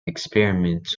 experiments